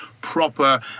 proper